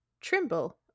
Trimble